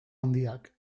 handiak